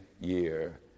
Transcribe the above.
year